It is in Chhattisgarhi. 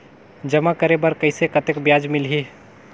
जमा करे बर कइसे कतेक ब्याज मिलही?